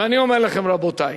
ואני אומר לכם, רבותי,